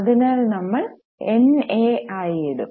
അതിനാൽ നമ്മൾ NA ആയി ഇടും